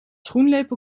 schoenlepel